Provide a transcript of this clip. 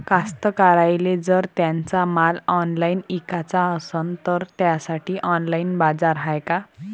कास्तकाराइले जर त्यांचा माल ऑनलाइन इकाचा असन तर त्यासाठी ऑनलाइन बाजार हाय का?